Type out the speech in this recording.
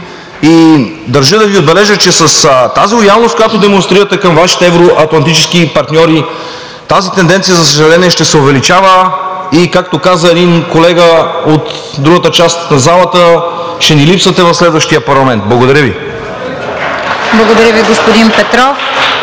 и държа да Ви отбележа, че с тази лоялност, която демонстрирате към Вашите евро-атлантически партньори, тази тенденция, за съжаление, ще се увеличава и както каза един колега от другата част на залата: ще ни липсвате в следващия парламент. Благодаря Ви. (Ръкопляскания от